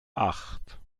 acht